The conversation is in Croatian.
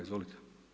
Izvolite.